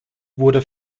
wurde